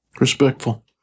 Respectful